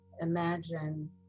imagine